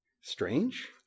Strange